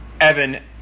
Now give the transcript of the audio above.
Evan